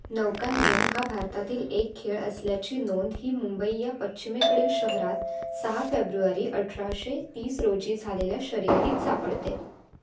नौकानयन हा भारतातील एक खेळ असल्याची नोंद ही मुंबई या पश्चिमेकडील शहरात सहा फेब्रुवारी अठराशे तीस रोजी झालेल्या शर्यतीत सापडते